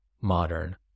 modern